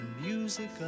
music